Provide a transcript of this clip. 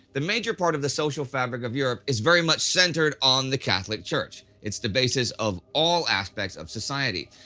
the major part of the social fabric of europe is very much centered on the catholic church. it's the basis of all aspects of society.